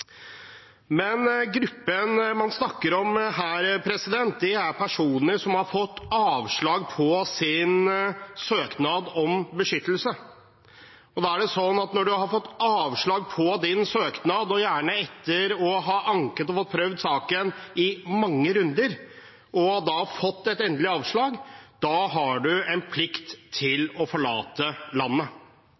Men den gruppen man snakker om her, er personer som har fått avslag på sin søknad om beskyttelse, og når man har fått et endelig avslag på sin søknad, gjerne etter å ha anket og fått prøvd saken i mange runder, har man en plikt til å forlate landet. Dette er ikke, som noen prøver å